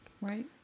Right